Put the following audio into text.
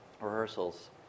Rehearsals